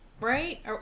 right